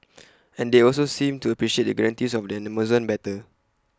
and they also seemed to appreciate the guarantees of an Amazon better